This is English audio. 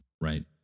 Right